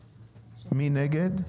בעד, מי נגד.